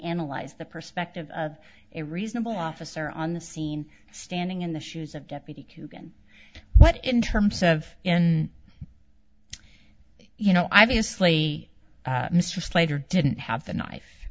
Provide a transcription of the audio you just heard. analyzed the perspective of a reasonable officer on the scene standing in the shoes of deputy coogan but in terms of in you know i have a slave mr slater didn't have the kni